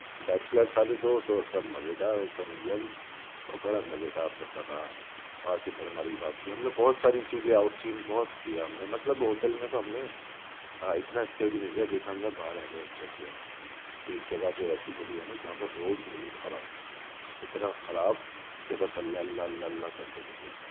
bachelor سارے دوست اور سب مزے دار اور سب ینگ اور بڑا مزے دار سفر رہا وہاں سے پھر ہماری واپسی ہم نے بہت ساری چیزیں آؤٹ سین بہت کیا ہم نے مطلب ہوٹل میں تو ہم نے آ اتنا اسٹے بھی نہیں کیا جتنا ہم نے باہر ایڈونچر کیا ایک جگہ تو ایسی ملی ہمیں جہاں پر روڈ بالکل خراب اتنا خراب کہ بس اللہ اللہ اللہ اللہ کر کے نکلے ہم